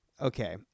okay